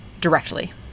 directly